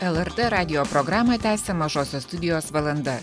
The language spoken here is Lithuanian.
lrt radijo programoje tęsia mažosios studijos valanda